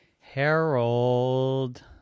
Harold